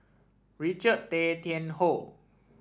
Richard Tay Tian Hoe